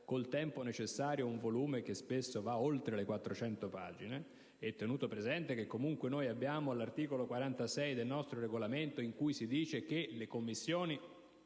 il tempo necessario un volume che spesso va oltre le 400 pagine, e tenuto presente che comunque, all'articolo 46 del Regolamento del Senato, si dice che le Commissioni